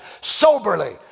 soberly